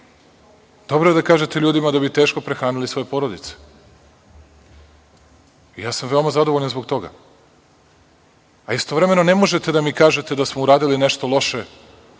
Dobro je da kažete ljudima da bi teško prehranili svoje porodice. Veoma sam zadovoljan zbog toga. Istovremeno, ne možete da mi kažete da smo uradili nešto loše,